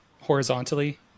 horizontally